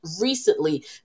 recently